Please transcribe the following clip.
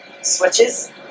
switches